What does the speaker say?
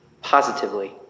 Positively